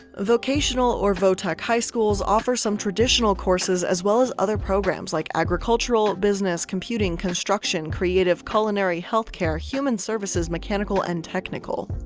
vocational or vo-tech high schools offer some traditional courses, as well as other programs like agricultural, business, computing, construction, creative, culinary, healthcare, human services, mechanical and technical.